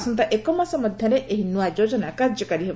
ଆସନ୍ତା ଏକ ମାସ ମଧ୍ୟରେ ଏହି ନୂଆ ଯୋଜନା କାର୍ଯ୍ୟକାରୀ ହେବ